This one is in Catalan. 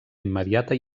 immediata